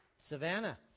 Savannah